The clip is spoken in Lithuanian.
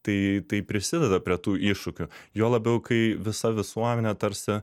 tai tai prisideda prie tų iššūkių juo labiau kai visa visuomenė tarsi